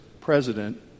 President